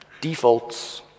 Defaults